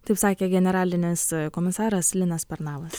taip sakė generalinis komisaras linas pernavas